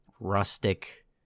rustic